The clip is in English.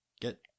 get